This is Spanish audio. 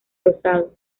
rosado